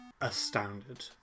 astounded